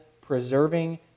preserving